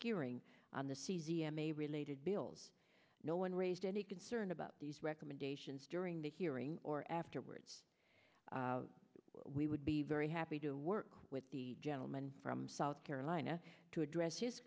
hearing on the caesium a related bills no one raised any concern about these recommendations during the hearing or afterwards we would be very happy to work with the gentleman from south carolina to address his